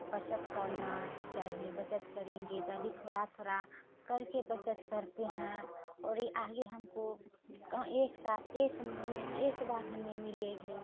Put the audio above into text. बचत करना चाहिए बचत करेंगे तभी थोड़ा थोड़ा करके बचत करते हैं और ये आगे हमको कहूँ एक साथ एक मुश्त एक बार हमें मिलेगी